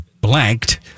blanked